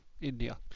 India